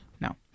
No